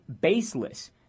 baseless